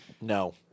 No